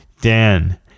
Dan